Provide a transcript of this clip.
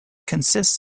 consists